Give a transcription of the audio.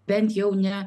bent jau ne